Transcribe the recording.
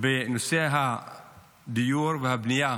בנושא הדיור והבנייה